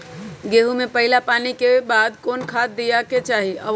गेंहू में पहिला पानी के बाद कौन खाद दिया के चाही?